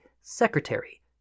secretary